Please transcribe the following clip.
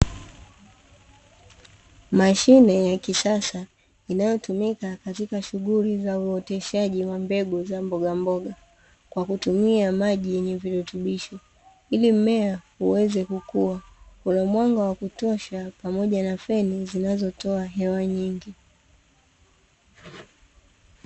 Mashine ya kisasa inayotumika katika shughuli za uoteshaji wa mbegu za mbogamboga. kwa kutumia maji yenye virutubisho ili mmea uweze kukua kuna mwanga wa kutosha pamoja na feni zinazotoa hewa nyingi.